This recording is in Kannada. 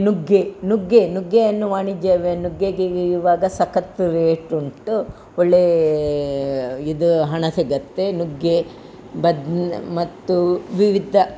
ನುಗ್ಗೆ ನುಗ್ಗೆ ನುಗ್ಗೆಯನ್ನು ವಾಣಿಜ್ಯ ವೆ ನುಗ್ಗೆಗೆ ಇವಾಗ ಸಕ್ಕತ್ತು ರೇಟ್ ಉಂಟು ಒಳ್ಳೆಯ ಇದು ಹಣ ಸಿಗುತ್ತೆ ನುಗ್ಗೆ ಬದ್ನೆ ಮತ್ತು ವಿವಿಧ